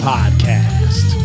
Podcast